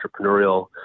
entrepreneurial